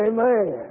Amen